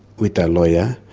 with the lawyer,